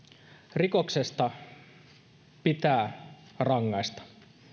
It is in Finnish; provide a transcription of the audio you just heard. rikoksesta pitää rangaista